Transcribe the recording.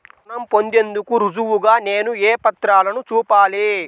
రుణం పొందేందుకు రుజువుగా నేను ఏ పత్రాలను చూపాలి?